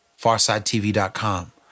FarsideTV.com